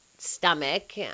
stomach